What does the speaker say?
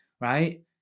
right